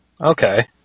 Okay